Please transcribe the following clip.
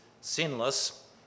sinless